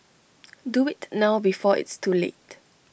do IT now before it's too late